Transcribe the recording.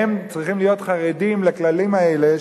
הם צריכים להיות חרדים לכללים האלה.